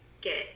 get –